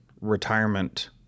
retirement